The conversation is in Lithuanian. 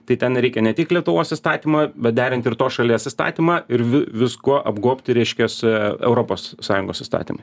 tai ten reikia ne tik lietuvos įstatymą bet derint ir tos šalies įstatymą ir vis viskuo apgobti reiškias europos sąjungos įstatymais